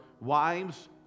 wives